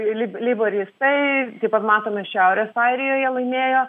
lib leiboristai taip pat matome šiaurės airijoje laimėjo